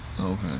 Okay